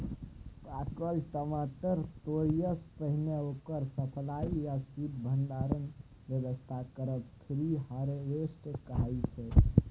पाकल टमाटर तोरयसँ पहिने ओकर सप्लाई या शीत भंडारणक बेबस्था करब प्री हारवेस्ट कहाइ छै